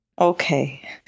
Okay